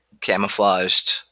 camouflaged